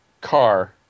Car